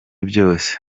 byose